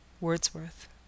WORDSWORTH